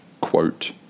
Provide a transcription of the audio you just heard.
quote